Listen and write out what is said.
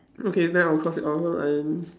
okay then I'll cross it off cause I